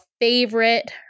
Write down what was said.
favorite